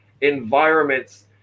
environments